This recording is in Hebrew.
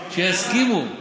שיסכימו.